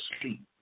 sleep